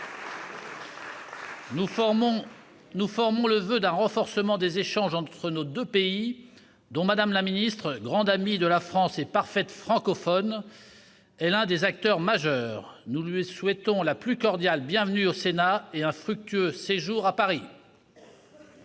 Nous formons le voeu d'un renforcement des échanges entre nos deux pays, dont Mme la ministre- grande amie de la France et parfaite francophone -est l'un des acteurs majeurs. Nous lui souhaitons la plus cordiale bienvenue au Sénat et un fructueux séjour à Paris.